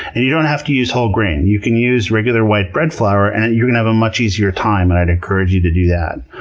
and you don't have to use whole grain. you can use regular white bread flour and and you're going to have a much easier time, and i'd encourage you to do that.